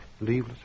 Leave